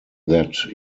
that